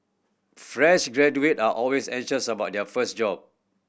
fresh graduate are always anxious about their first job